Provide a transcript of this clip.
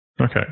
Okay